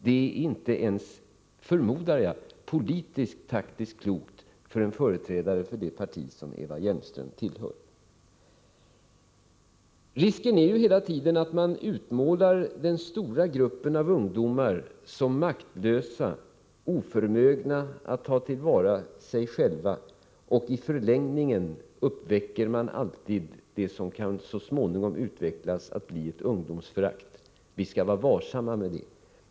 Det är, förmodar jag, inte ens politiskt-taktiskt klokt för en företrädare för det parti som Eva Hjelmström tillhör. Risken är att man utmålar ungdomarna som maktlösa och oförmögna att ta vara på sig själva, och man riskerar då alltid att uppväcka vad som så småningom kan utvecklas till att bli ett ungdomsförakt. Vi skall ta oss i akt för det.